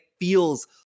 feels